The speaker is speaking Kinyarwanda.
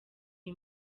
iyi